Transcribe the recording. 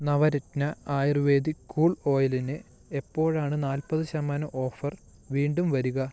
Navratna ayurvedic cool ഓയിലിന് എപ്പോഴാണ് നാൽപ്പത് ശതമാനം ഓഫർ വീണ്ടും വരിക